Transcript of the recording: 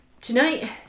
tonight